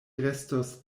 restos